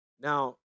now